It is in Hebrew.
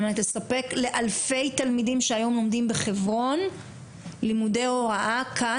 על מנת לספק לאלפי תלמידים שהיום לומדים בחברון לימודי הוראה כאן,